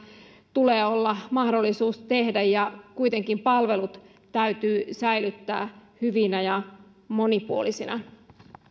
tulee olla mahdollisuus tehdä kuitenkin palvelut täytyy säilyttää hyvinä ja monipuolisina